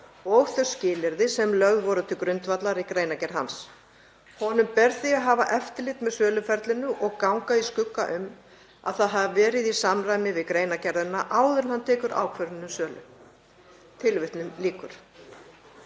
og þau skilyrði sem lögð voru til grundvallar í greinargerð hans. Honum ber því að hafa eftirlit með söluferlinu og ganga úr skugga um að það hafi verið í samræmi við greinargerðina áður en hann tekur ákvörðun um sölu.“ Ríkisendurskoðun